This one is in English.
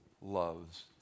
loves